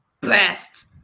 best